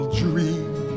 dream